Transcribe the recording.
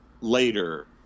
later